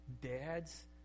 Dads